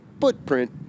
footprint